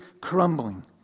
crumbling